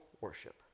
worship